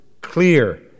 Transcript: clear